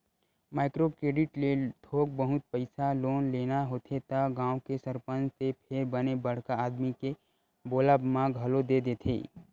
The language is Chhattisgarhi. माइक्रो क्रेडिट ले थोक बहुत पइसा लोन लेना होथे त गाँव के सरपंच ते फेर बने बड़का आदमी के बोलब म घलो दे देथे